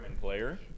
player